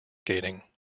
skating